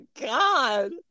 God